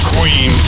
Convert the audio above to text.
Queen